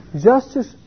justice